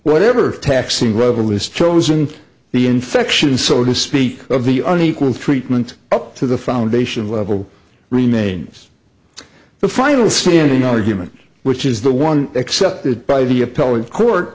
whatever taxing rubber has chosen the infection so to speak of the on equal treatment up to the foundation level remains the final standing argument which is the one accepted by the appellate court